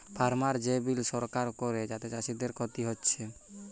farmer যে bill সরকার করে যাতে চাষীদের ক্ষতি হচ্ছে